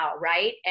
right